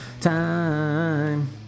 time